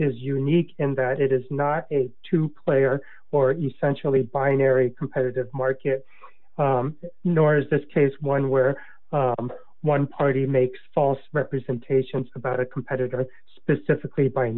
is unique in that it is not a two player or essentially binary competitive market nor is this case one where one party makes false representations about a competitor specifically